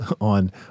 on